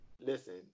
listen